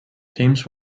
teams